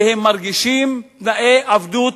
שהם מרגישים תנאי עבדות